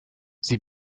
sie